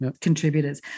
Contributors